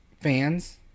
fans